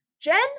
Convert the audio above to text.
Jen